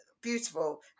beautiful